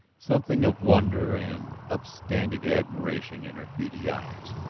something of wonder and upstanding admiration in her beady eyes.